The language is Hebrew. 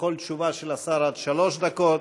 לכל תשובה של השר עד שלוש דקות.